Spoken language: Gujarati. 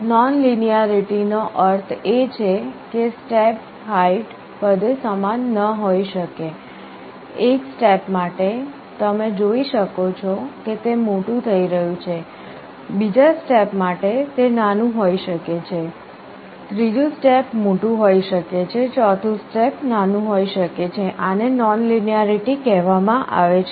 નોનલિનિયારીટી નો અર્થ એ છે કે સ્ટેપ હાઈટ બધે સમાન ન હોઈ શકે એક સ્ટેપ માટે તમે જોઈ શકો છો કે તે મોટું થઈ રહ્યું છે બીજા સ્ટેપ માટે તે નાનું હોઈ શકે છે ત્રીજું સ્ટેપ મોટું હોઈ શકે છે ચોથું સ્ટેપ નાનું હોઈ શકે છે આને નોનલિનિયારીટી કહેવામાં આવે છે